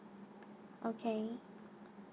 okay